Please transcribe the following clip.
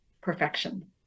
perfection